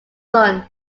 son